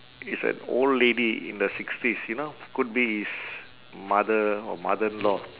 is an old lady in the sixties you know could be his mother or mother-in-law